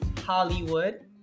Hollywood